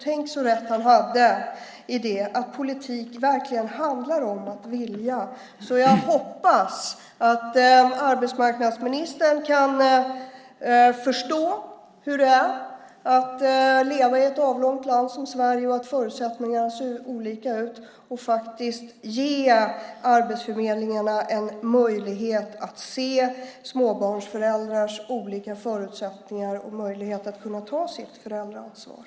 Tänk så rätt han hade i att politik verkligen handlar om att vilja. Jag hoppas att arbetsmarknadsministern kan förstå hur det är att leva i ett avlångt land och att förutsättningar ser olika ut. Det handlar om att ge arbetsförmedlingarna en möjlighet att se småbarnsföräldrars olika förutsättningar och möjligheter att ta sitt föräldraansvar.